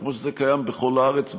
כמו שזה קיים בכל הארץ,